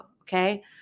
okay